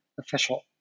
official